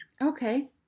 Okay